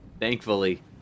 thankfully